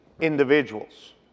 individuals